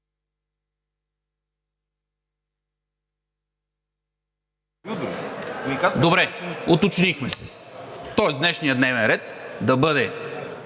Добре, уточнихме се. Тоест днешният дневен ред да бъде: